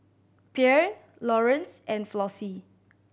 Pierre Lawrance and Flossie